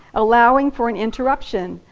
allowing for an interruption,